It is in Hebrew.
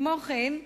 כמו כן,